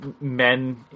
men